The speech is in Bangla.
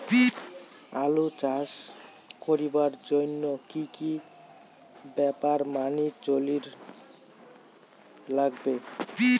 আলু চাষ করিবার জইন্যে কি কি ব্যাপার মানি চলির লাগবে?